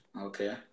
Okay